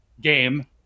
game